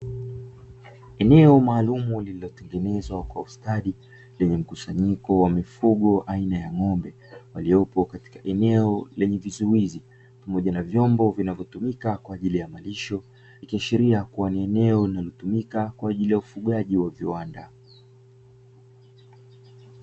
Eneo maalumu lililotengenezwa kwa ustadi lenye mkusanyiko wa mifugo aina ya ng'ombe, waliopo katika eneo lenye vizuizi, pamoja na vyombo vinavyotumika kwa ajili ya malisho, ikiashiria kuwa ni eneo linalotumika kwa ajili ya ufugaji wa viwanda.